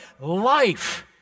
life